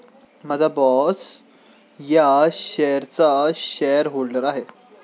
माझा बॉसच या शेअर्सचा शेअरहोल्डर आहे